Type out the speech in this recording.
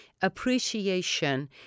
appreciation